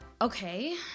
okay